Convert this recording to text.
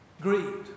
greed